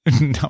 No